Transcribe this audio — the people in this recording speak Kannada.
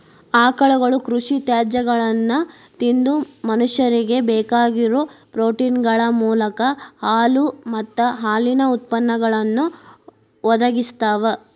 ಆಕಳುಗಳು ಕೃಷಿ ತ್ಯಾಜ್ಯಗಳನ್ನ ತಿಂದು ಮನುಷ್ಯನಿಗೆ ಬೇಕಾಗಿರೋ ಪ್ರೋಟೇನ್ಗಳ ಮೂಲ ಹಾಲು ಮತ್ತ ಹಾಲಿನ ಉತ್ಪನ್ನಗಳನ್ನು ಒದಗಿಸ್ತಾವ